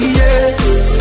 yes